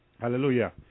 Hallelujah